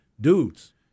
dudes